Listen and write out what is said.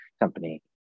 company